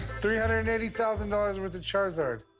three hundred and eighty thousand dollars worth of charizard.